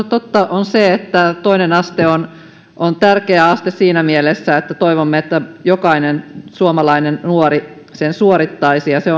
totta on se että toinen aste on on tärkeä aste siinä mielessä että toivomme että jokainen suomalainen nuori sen suorittaisi se